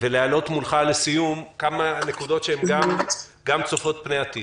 ולהעלות מולך לסיום כמה שאלות שגם צופות פני עתיד: